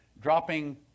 dropping